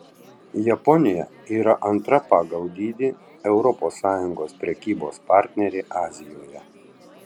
japonija yra antra pagal dydį europos sąjungos prekybos partnerė azijoje